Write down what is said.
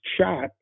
shot